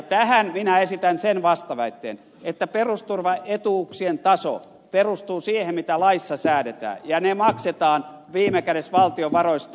tähän minä esitän sen vastaväitteen että perusturvaetuuksien taso perustuu siihen mitä laissa säädetään ja ne etuudet maksetaan viime kädessä valtion varoista